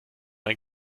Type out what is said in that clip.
ein